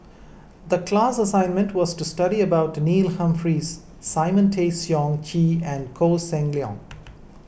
the class assignment was to study about Neil Humphreys Simon Tay Seong Chee and Koh Seng Leong